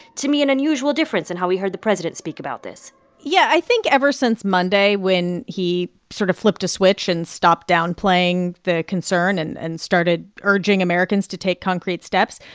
to me, an unusual difference in how we heard the president speak about this yeah. i think ever since monday, when he sort of flipped a switch and stopped downplaying the concern and and started urging americans to take concrete steps,